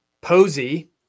Posey